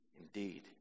indeed